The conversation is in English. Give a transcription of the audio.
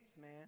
man